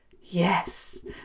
Yes